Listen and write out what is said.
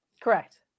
correct